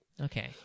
Okay